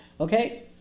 okay